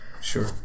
Sure